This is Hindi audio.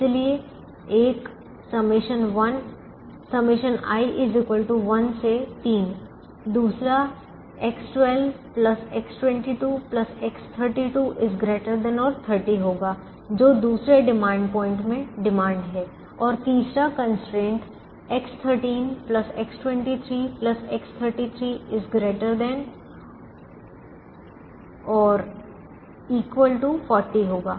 इसलिए एक ∑i 1 से 3 दूसरा X12 X22 X32 ≥ 30 होगा जो दूसरे डिमांड पॉइंट में डिमांड है और तीसरा कंस्ट्रेंट् X13 X23 X33 ≥ 40 होगा